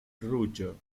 ruĝo